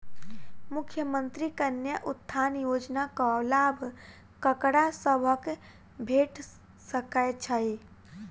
मुख्यमंत्री कन्या उत्थान योजना कऽ लाभ ककरा सभक भेट सकय छई?